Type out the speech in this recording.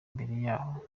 yaho